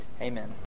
Amen